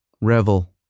revel